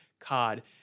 card